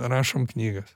rašom knygas